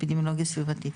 אפידמיולוגיה סביבתית.